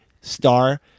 star